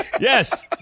Yes